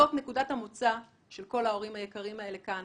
זו נקודת המוצא של כל ההורים היקרים האלה כאן